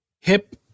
Hip